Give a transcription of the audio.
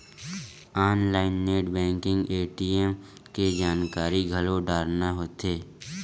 online net banking ATM के जानकारी घलो डारना होथे